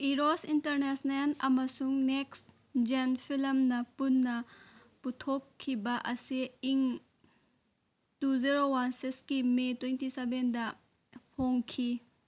Eros International ꯑꯃꯁꯨꯡ next gen ꯐꯤꯂꯝꯅ ꯄꯨꯟꯅ ꯄꯨꯊꯣꯛꯈꯤꯕ ꯑꯁꯤ ꯏꯪ ꯇꯨ ꯖꯤꯔꯣ ꯋꯥꯟ ꯁꯤꯛꯁꯀꯤ ꯃꯦ ꯇ꯭ꯋꯦꯟꯇꯤ ꯁꯕꯦꯟꯗ ꯍꯣꯡꯈꯤ